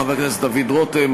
חבר הכנסת דוד רותם,